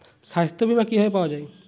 সাস্থ্য বিমা কি ভাবে পাওয়া যায়?